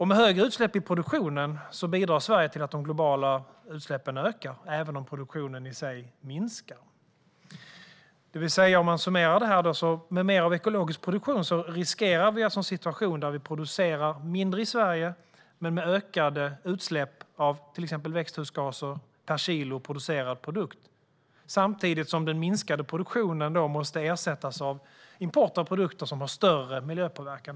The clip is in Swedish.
Med höga utsläpp i produktionen bidrar Sverige till att de globala utsläppen ökar även om produktionen i sig minskar. Låt mig summera. Med mer av ekologisk produktion riskerar vi alltså en situation där vi producerar mindre i Sverige men med ökade utsläpp av växthusgaser per kilo producerad produkt, samtidigt som den minskade produktionen måste ersättas av import av produkter som har större miljöpåverkan.